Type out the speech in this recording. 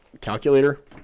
calculator